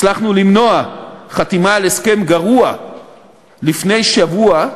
הצלחנו למנוע חתימה על הסכם גרוע לפני שבוע,